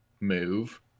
move